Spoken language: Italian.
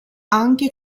anche